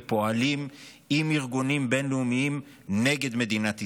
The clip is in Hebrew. ופועלים עם ארגונים בין-לאומיים נגד מדינת ישראל.